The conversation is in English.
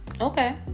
okay